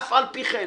ואף על פי כן,